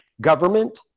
government